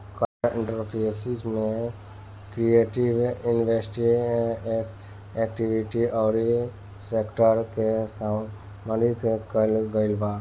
cultural entrepreneurship में creative industry activity अउरी sector के सामिल कईल गईल बा